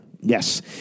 Yes